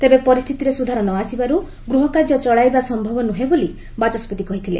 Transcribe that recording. ତେବେ ପରିସ୍ଥିତିରେ ସୁଧାର ନ ଆସିବାରୁ ଗୃହକାର୍ଯ୍ୟ ଚଳାଇବା ସନ୍ତବ ନୁହେଁ ବୋଲି ବାଚସ୍କତି କହିଥିଲେ